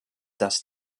dass